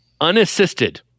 unassisted